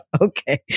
Okay